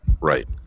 Right